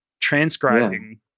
transcribing